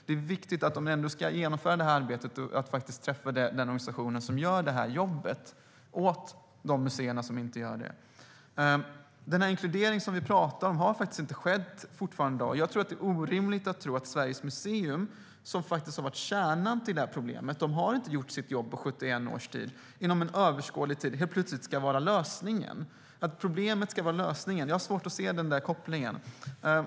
Om man ändå ska genomföra detta arbete är det viktigt att träffa den organisation som gör jobbet åt de museer som inte gör det. Den inkludering som vi talar om har fortfarande inte skett i dag. Det är orimligt att tro att Sveriges museer, som har varit kärnan i problemet och inte har gjort sitt jobb på 71 års tid, inom överskådlig tid helt plötsligt ska vara lösningen. Jag har svårt att se kopplingen att problemet ska vara lösningen.